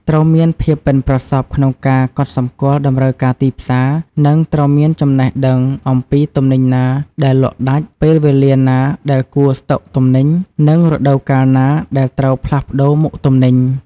ត្រូវមានភាពប៉ិនប្រសប់ក្នុងការកត់សម្គាល់តម្រូវការទីផ្សារ និងត្រូវមានចំណេះដឹងអំពីទំនិញណាដែលលក់ដាច់ ពេលវេលាណាដែលគួរស្ដុកទំនិញ និងរដូវកាលណាដែលត្រូវផ្លាស់ប្ដូរមុខទំនិញ។